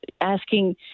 asking